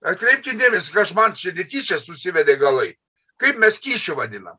atkreipkit dėmesį ka aš man čia netyčia susivedė galai kaip mes kyšį vadinam